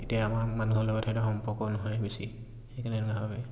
এতিয়া আমাৰ মানুহৰ লগত সেইটো সম্পৰ্ক নহয় বেছি সেইকাৰণে এনেকুৱা ভাবে